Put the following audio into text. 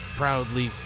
proudly